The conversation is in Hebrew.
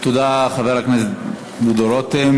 תודה, חבר הכנסת דודו רותם.